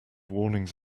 warnings